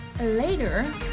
later